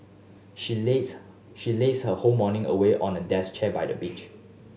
she lazed she lazed her whole morning away on a desk chair by the beach